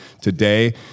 today